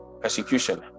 persecution